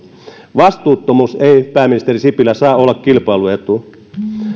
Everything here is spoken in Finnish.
vastuuttomuus ei pääministeri sipilä saa olla kilpailuetu